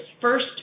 first